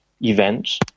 events